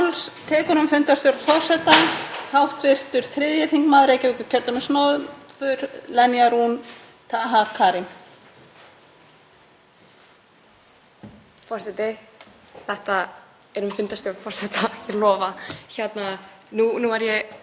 Þetta er um fundarstjórn forseta, ég lofa. Nú er ég varamaður á þingi og ég er ný og ég veit ekki alveg hvernig venjan er en með fullri virðingu fyrir forseta Alþingis þá held ég